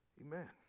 Amen